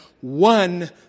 one